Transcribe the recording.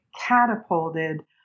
catapulted